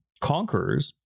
conquerors